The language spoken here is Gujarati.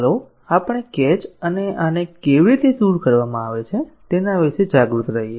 ચાલો આપણે કેચ અને આને કેવી રીતે દૂર કરવામાં આવે છે તેના વિશે જાગૃત રહીએ